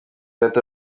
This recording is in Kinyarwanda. data